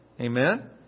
Amen